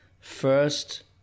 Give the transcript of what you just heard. First